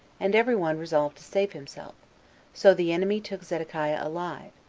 and every one resolved to save himself so the enemy took zedekiah alive,